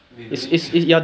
they doing